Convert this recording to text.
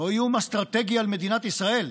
לא איום אסטרטגי על מדינת ישראל,